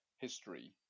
history